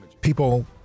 people